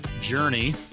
journey